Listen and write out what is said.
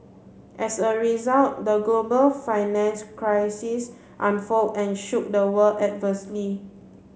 as a result the global financial crisis unfold and shook the world adversely